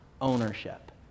ownership